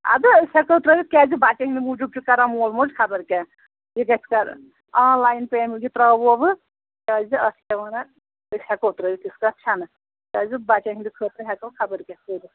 اَدٕ أسۍ ہٮ۪کو ترٛٲوِتھ کیٛازِ بچَن ہِنٛدۍ موٗجوٗب چھُ کران مول موج خبر کیٛاہ یہِ گژھِ آن لایِن پے یہِ ترٛاوووٕ کیٛازِ اَتھ کیٛاہ ونان أسۍ ہٮ۪کو ترٛٲوِتھ تِژھ کَتھ چھَنہٕ کیٛازِ بچَن ہِنٛدِ خٲطرٕ ہٮ۪کو خبر کیٛاہ کٔرِتھ